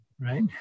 right